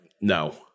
no